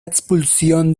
expulsión